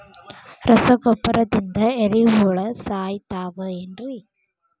ರಸಗೊಬ್ಬರದಿಂದ ಏರಿಹುಳ ಸಾಯತಾವ್ ಏನ್ರಿ?